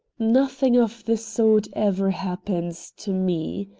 nothing of the sort ever happens to me.